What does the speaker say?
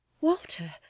Walter